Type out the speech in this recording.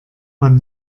man